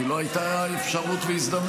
כי לא היו אפשרות והזדמנות.